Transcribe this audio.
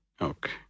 Okay।